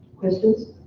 questions?